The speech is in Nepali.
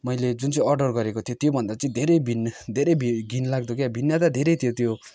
मेैले जुन चाहिँ अर्डर गरेको थिएँ त्यो भन्दा चाहिँ धेरै भिन्न धेरै भिन्न धेरै घिनलाग्दो क्या भिन्नता धेरै थियो त्यो